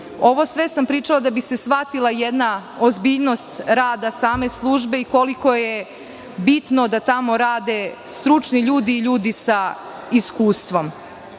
ovo sam pričala da bi se shvatila jedna ozbiljnost rada same službe i koliko je bitno da tamo rade stručni ljudi i ljudi sa iskustvom.